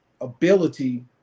ability